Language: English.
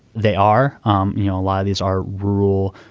they are um you know a lot of these are rural.